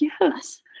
Yes